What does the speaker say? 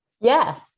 Yes